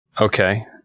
Okay